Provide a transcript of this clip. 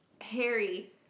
Harry